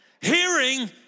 Hearing